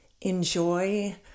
enjoy